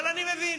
אבל אני מבין